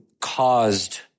caused